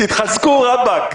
תתחזקו, רבאק.